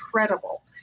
incredible